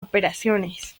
operaciones